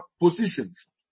positions